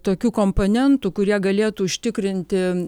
tokių komponentų kurie galėtų užtikrinti